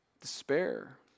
despair